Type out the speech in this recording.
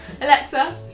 Alexa